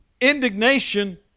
Indignation